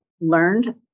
learned